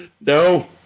No